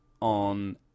on